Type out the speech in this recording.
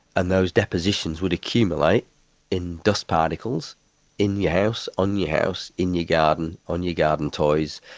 and those depositions would accumulate in dust particles in your house, on your house, in your garden, on your garden toys,